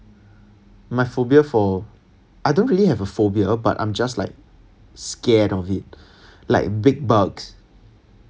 my phobia for I don't really have a phobia but I'm just like scared of it like big bugs